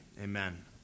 amen